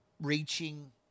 reaching